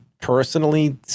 Personally